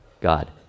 God